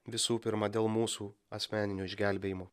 visų pirma dėl mūsų asmeninio išgelbėjimo